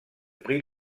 prit